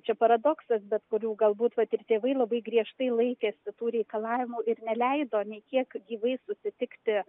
čia paradoksas bet kurių galbūt vat ir tėvai labai griežtai laikėsi tų reikalavimų ir neleido nė kiek gyvai susitikti